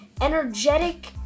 energetic